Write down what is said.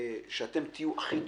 שאתם תהיו הכי טובים.